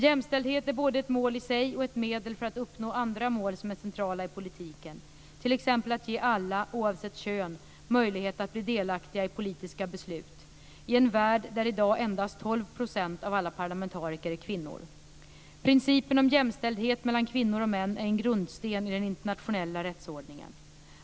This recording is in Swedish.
Jämställdhet är både ett mål i sig och ett medel för att uppnå andra mål som är centrala i politiken, t.ex. att ge alla, oavsett kön, möjlighet att bli delaktiga i politiska beslut - i en värld där i dag endast 12 % av alla parlamentariker är kvinnor. Principen om jämställdhet mellan kvinnor och män är en grundsten i den internationella rättsordningen.